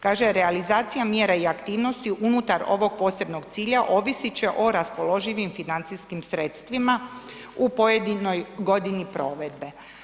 Kaže realizacija mjera i aktivnosti unutar ovog posebnog cilja, ovisit će o raspoloživim financijskim sredstvima u pojedinoj godini provedbe.